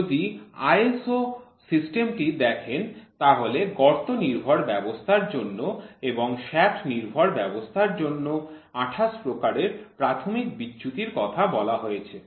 সুতরাং যদি আপনি ISO সিস্টেমটি দেখেন তাহলে গর্ত নির্ভর ব্যবস্থার জন্য এবং শ্য়াফ্ট নির্ভর ব্যবস্থার জন্য ২৮ প্রকারের প্রাথমিক বিচ্যুতির কথা বলা আছে